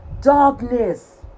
darkness